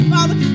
Father